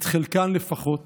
את חלקן לפחות